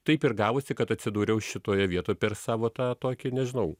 taip ir gavosi kad atsidūriau šitoje vietoj per savo tą tokį nežinau